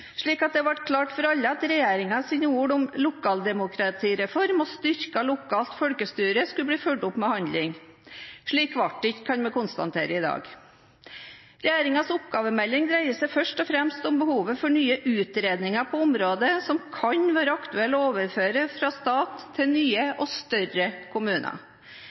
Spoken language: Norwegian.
slik at det ble klart for alle at regjeringens ord om lokaldemokratireform og styrket lokalt folkestyre skulle bli fulgt opp med handling. Slik ble det ikke, kan vi i dag konstatere. Regjeringens oppgavemelding dreier seg først og fremst om behovet for nye utredninger på områder som kan være aktuelle å overføre fra stat til nye og større kommuner.